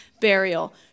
burial